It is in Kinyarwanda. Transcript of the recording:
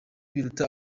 biruta